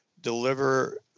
deliver